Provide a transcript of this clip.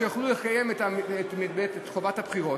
שיוכלו לקיים את חובת הבחירות,